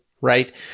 right